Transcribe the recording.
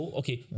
okay